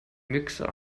mixer